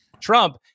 Trump